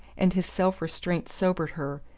and his self-restraint sobered her,